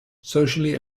socially